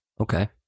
Okay